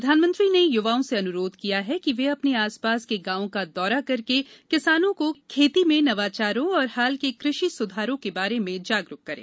प्रधानमंत्री ने युवाओं से अनुरोध किया कि वे अपने आसपास के गांवों का दौरा करके किसानों को खेती में नवाचारों और हाल के कृषि सुधारों के बारे में जागरूक करें